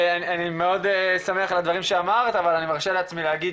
אני מאוד שמח על הדברים שאמרת אבל אני מרשה לעצמי להגיד